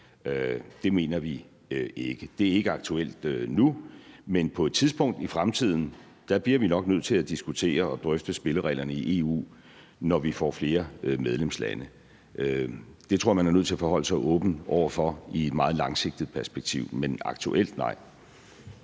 Det mener vi ikke. Det er ikke aktuelt nu, men på et tidspunkt i fremtiden bliver vi nok nødt til at diskutere og drøfte spillereglerne i EU, når vi får flere medlemslande. Det tror jeg man er nødt til at forholde sig åbent over for i et meget langsigtet perspektiv, men aktuelt er